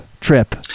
trip